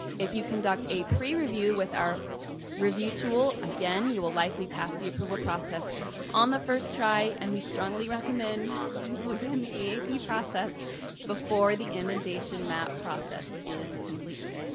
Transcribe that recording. if you conduct a pre-review with our review tool, again, you will likely pass the approval process on the first try. and we strongly recommend you begin the eap process before the inundation map process is complete.